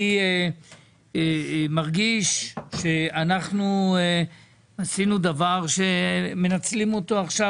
אני מרגיש שאנחנו עשינו דבר שמנצלים אותו עכשיו,